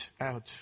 out